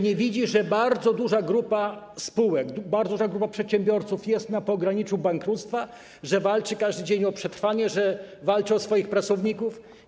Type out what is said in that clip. Nie widzi, że bardzo duża grupa spółek, bardzo duża grupa przedsiębiorców jest na pograniczu bankructwa, każdego dnia walczy o przetrwanie, walczy o swoich pracowników?